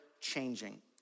changing